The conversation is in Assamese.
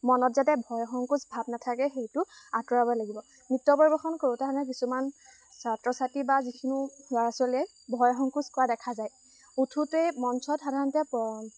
মনত যাতে ভয় সংকুচ ভাৱ নাথাকে সেইটো আঁতৰাব লাগিব নৃত্য পৰিৱেশন কৰোঁতে মানে কিছুমান ছাত্ৰ ছাত্ৰী বা যিখিনো ল'ৰা ছোৱালীয়ে ভয় সংকুচ কৰা দেখা যায় উঠোঁতে মঞ্চত সাধাৰণতে